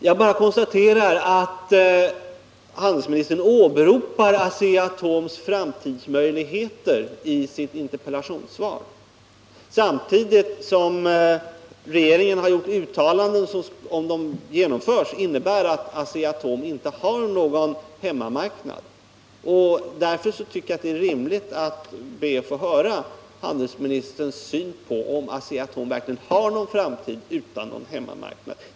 Jag bara konstaterar att handelsministern i sitt interpellationssvar åberopar Asea-Atoms framtidsmöjligheter samtidigt som regeringen har gjort uttalanden som, om tankegångarna fullföljs, innebär att Asea-Atom inte har någon hemmamarknad. Därför tycker jag det är rimligt att be att få höra handelsministerns synpunkter på om Asea-Atom verkligen har någon framtid utan en hemmamarknad.